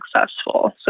successful